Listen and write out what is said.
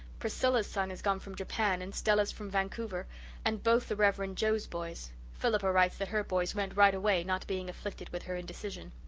priscilla's son has gone from japan and stella's from vancouver and both the rev. and jo's boys. philippa writes that her boys went right away, not being afflicted with her indecision